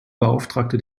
beauftragte